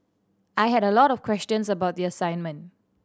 I had a lot of questions about the assignment